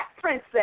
princess